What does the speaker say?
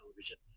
television